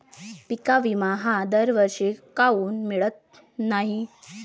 पिका विमा हा दरवर्षी काऊन मिळत न्हाई?